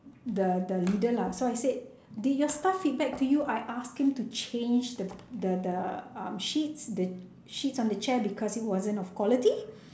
the the leader lah so I said did your staff feedback to you I asked him to change the the the uh sheets the sheets on the chair because it wasn't of quality